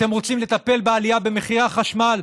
אתם רוצים לטפל בעלייה במחירי החשמל,